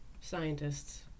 scientists